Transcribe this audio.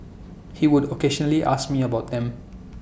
he would occasionally ask me about them